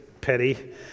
petty